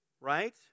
Right